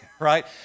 Right